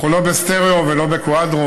אנחנו לא בסטריאו ולא בקוואדרו.